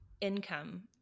income